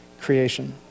creation